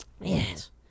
yes